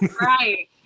Right